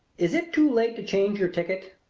is it too late to change your ticket?